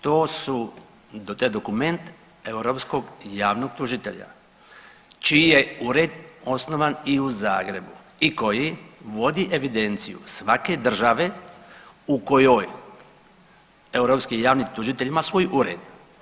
To su, to je dokument europskoj javnog tužitelja čiji je ured osnovan i u Zagrebu i koji vodi evidenciju svake države u kojoj europski javni tužitelj ima svoj ured.